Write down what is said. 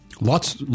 Lots